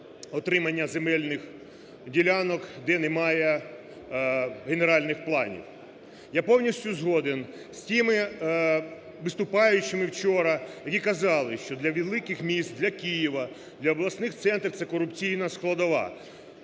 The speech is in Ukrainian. отримання земельних ділянок, де немає генеральних планів. Я повністю згоден з тими виступаючими вчора, які казали, що для великих міст, для Києва, для обласних центрів це корупційна складова